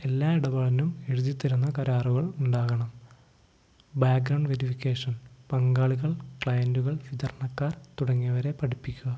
എല്ലാ ഇടപാടിനും എഴുതിത്തരുന്ന കരാറുകൾ ഉണ്ടാകണം ബാഗ്രൗണ്ട് വെരിഫിക്കേഷൻ പങ്കാളികൾ ക്ലൈന്റുകൾ വിതരണക്കാർ തുടങ്ങിയവരെ പഠിപ്പിക്കുക